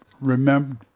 remember